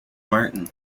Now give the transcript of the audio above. martin